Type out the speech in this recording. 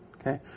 Okay